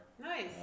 Nice